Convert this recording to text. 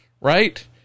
right